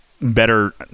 better